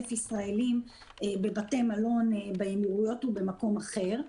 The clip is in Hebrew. ישראלים בבתי מלון באמירויות ובמקום אחר.